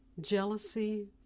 Jealousy